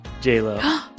J-Lo